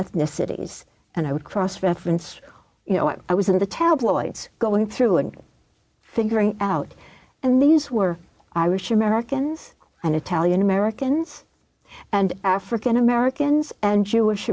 ethnicities and i would cross reference you know what i was in the tabloids going through and figuring out and these were irish americans and italian americans and african americans and jewish